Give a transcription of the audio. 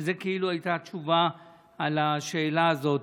שזו כאילו הייתה תשובה על השאלה הזאת,